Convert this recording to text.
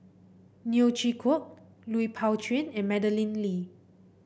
Neo Chwee Kok Lui Pao Chuen and Madeleine Lee